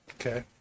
Okay